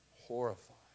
horrified